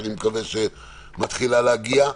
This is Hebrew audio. שאני מקווה שמתחילה להגיע.